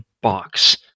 box